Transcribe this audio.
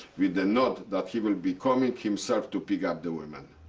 with a note that he will be coming himself to pick up the women.